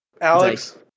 Alex